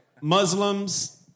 Muslims